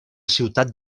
ciutat